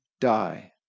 die